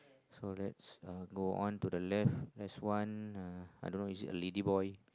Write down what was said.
so let's uh go on to the left have one uh I don't know is it a ladyboy